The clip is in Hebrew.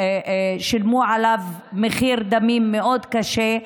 ששילמו עליו מחיר דמים מאוד קשה,